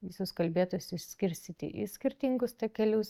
visus kalbėtojus išskirstyti į skirtingus takelius